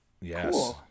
yes